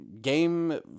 game